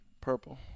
Purple